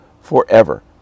forever